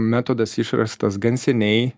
metodas išrastas gan seniai